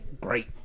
great